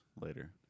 later